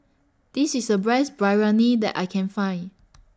This IS The breast Biryani that I Can Find